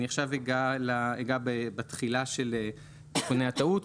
אני עובר לתחילה של תיקוני הטעות.